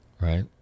Right